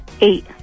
Eight